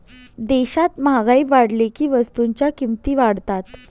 देशात महागाई वाढली की वस्तूंच्या किमती वाढतात